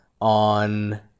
on